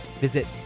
visit